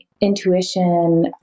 intuition